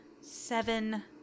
Seven